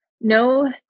no